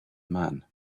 man